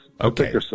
Okay